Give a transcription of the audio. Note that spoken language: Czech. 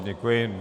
Děkuji.